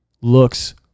looks